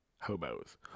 Hobos